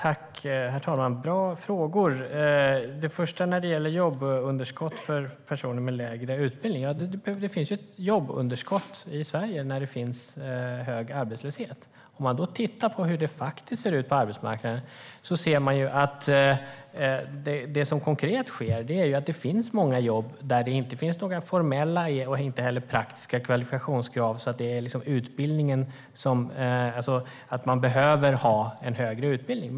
Herr talman! Bra frågor! Först när det gäller jobbunderskott för personer med lägre utbildning finns det ett jobbunderskott i Sverige när det är hög arbetslöshet. Om vi då tittar på hur det faktiskt ser ut på arbetsmarknaden ser vi att det finns många jobb där det inte finns några formella och inte heller praktiska kvalifikationskrav, alltså att man behöver ha en högre utbildning.